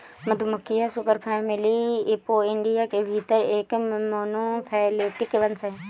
मधुमक्खियां superfamily Apoidea के भीतर एक मोनोफैलेटिक वंश हैं